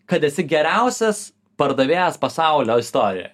kad esi geriausias pardavėjas pasaulio istorijoj